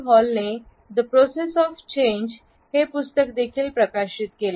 हॉलने the process of change हे पुस्तकदेखील प्रकाशित केले